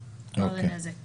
המשפטים?